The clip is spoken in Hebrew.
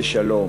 לשלום,